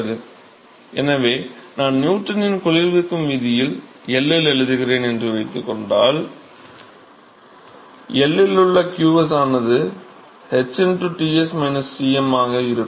மாணவர் எனவே நான் நியூட்டனின் குளிர்விக்கும் விதியில் L இல் எழுதுகிறேன் என்று வைத்துக் கொண்டால் L இல் உள்ள qs ஆனது h Ts Tm ஆக இருக்கும்